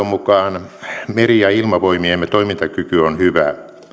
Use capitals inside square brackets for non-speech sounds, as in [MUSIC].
[UNINTELLIGIBLE] mukaan meri ja ilmavoimiemme toimintakyky on hyvä